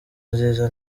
nziza